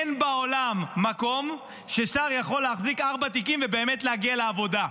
אין בעולם מקום ששר יכול להחזיק ארבעה תיקים ובאמת להגיע לעבודה.